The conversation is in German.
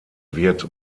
wird